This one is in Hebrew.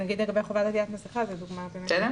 למשל לגבי חובת עטיית מסכה, זאת דוגמה נכונה.